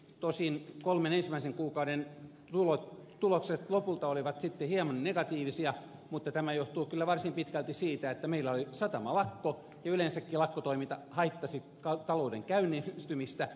tosin kolmen ensimmäisen kuukauden tulokset lopulta olivat sitten hieman negatiivisia mutta tämä johtuu kyllä varsin pitkälti siitä että meillä oli satamalakko ja yleensäkin lakkotoiminta haittasi talouden käynnistymistä